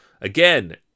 Again